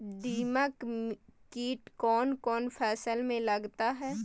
दीमक किट कौन कौन फसल में लगता है?